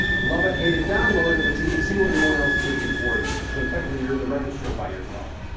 love it, hate it, download it, but you can see what no one else did before you. so effectively you're in the record store by yourself.